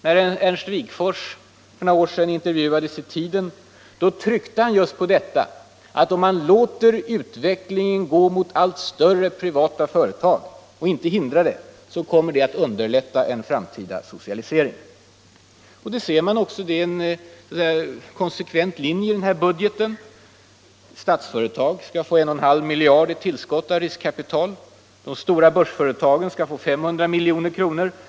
När Ernst Wigforss för några år sedan intervjuades i tidskriften Tiden tryckte han just på detta: om man låter utvecklingen gå mot allt större privata företag och inte hindrar den, kommer det att underlätta en framtida socialisering. Att det är så ser man också i den konsekventa linjen i årets budget. Statsföretag skall få en och en halv miljard i tillskott av riskkapital. De stora börsföretagen skall få 500 milj.kr.